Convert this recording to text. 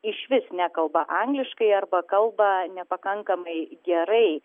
išvis nekalba angliškai arba kalba nepakankamai gerai